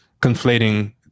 conflating